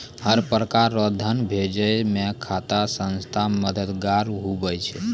हर प्रकार रो धन भेजै मे खाता संख्या मददगार हुवै छै